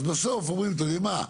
אז בסוף אומרים אתם יודעים מה,